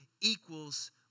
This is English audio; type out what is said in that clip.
equals